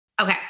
Okay